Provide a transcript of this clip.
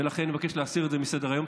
ולכן אני מבקש להסיר את זה מסדר-היום.